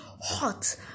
hot